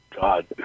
God